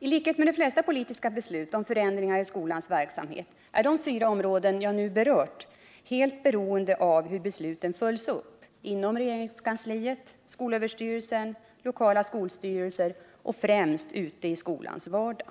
Tlikhet med de flesta politiska beslut om förändringar i skolans verksamhet är de fyra områden jag nu berört helt beroende av hur besluten följs upp inom regeringskansliet, skolöverstyrelsen, lokala skolstyrelser och främst ute i skolans vardag.